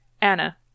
Anna